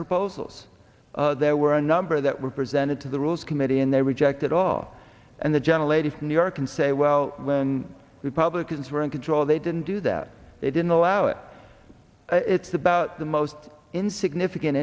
proposals there were a number that were presented to the rules committee and they rejected all and the gentle lady from new york can say well when republicans were in control they didn't do that they didn't allow it it's about the most insignificant